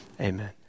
amen